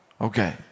Okay